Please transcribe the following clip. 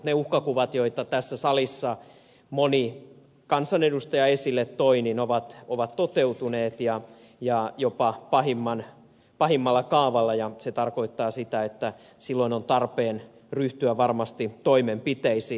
ne uhkakuvat joita tässä salissa moni kansanedustaja esille toi ovat toteutuneet ja jopa pahimmalla kaavalla ja se tarkoittaa sitä että silloin on tarpeen ryhtyä varmasti toimenpiteisiin